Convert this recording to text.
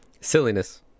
silliness